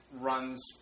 runs